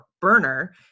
burner